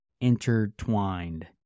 intertwined